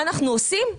מה אנחנו עושים?